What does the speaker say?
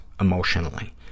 emotionally